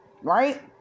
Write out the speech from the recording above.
right